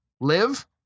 live